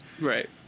Right